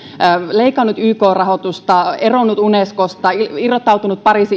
leikannut yk rahoitusta eronnut unescosta irrottautunut pariisin